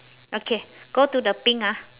okay go to the pink ah